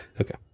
Okay